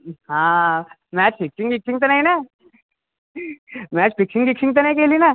हा match fixing बिक्सिंग तर नाही ना म्याच फिक्सिंग बिक्सिंग तर नाही केली ना